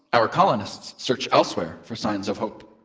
our colonists search elsewhere for signs of hope.